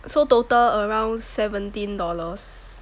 so total around seventeen dollars